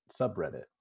subreddit